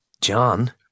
John